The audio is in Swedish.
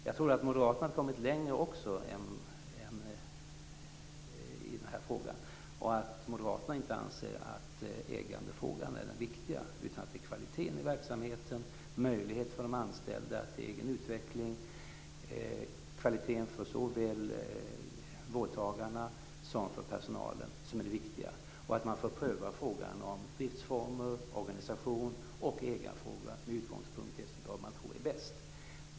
Jag tror att Moderaterna också har kommit längre i denna fråga och att de inte anser att ägandefrågan är den viktiga utan att det är kvaliteten i verksamheten, möjligheten för de anställda till egen utveckling och kvaliteten för såväl vårdtagarna som personalen som är det viktiga och att man får pröva frågan om driftsformer, organisation och ägarfrågor med utgångspunkt i vad man tror är bäst.